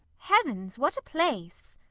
heavens! what a place!